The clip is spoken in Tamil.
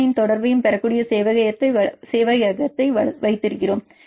7 இன் தொடர்பையும் பெறக்கூடிய சேவையகத்தை வைத்திருக்கிறோம்